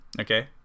Okay